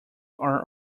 are